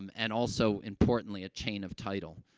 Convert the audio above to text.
um and also, importantly, a chain of title,